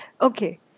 Okay